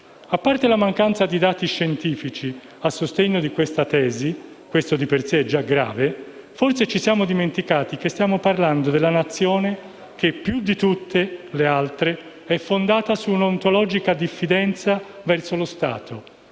A parte la mancanza di dati scientifici a sostegno di questa tesi (e ciò di per sé è già grave), forse ci siamo dimenticati che stiamo parlando della Nazione che più di tutte le altre è fondata su una ontologica diffidenza verso lo Stato